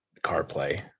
CarPlay